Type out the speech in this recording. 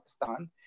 Pakistan